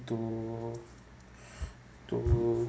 to to